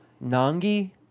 Nangi